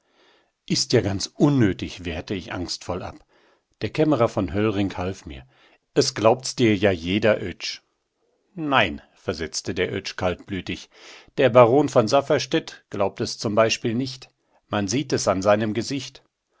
is ja ganz unnötig wehrte ich angstvoll ab der kämmerer von höllring half mir es glaubt's dir ja jeder oetsch nein versetzte der oetsch kaltblütig der baron von safferstätt glaubt es zum beispiel nicht man sieht es an seinem gesicht